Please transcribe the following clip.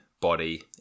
body